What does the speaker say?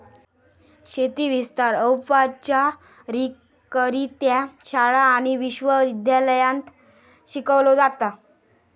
शेती विस्तार औपचारिकरित्या शाळा आणि विश्व विद्यालयांत शिकवलो जाता